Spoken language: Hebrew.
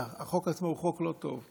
החוק עצמו הוא חוק לא טוב.